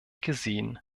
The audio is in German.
gesehen